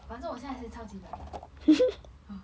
反正我现在也是超 chicken ah